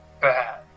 Bad